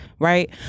right